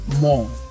more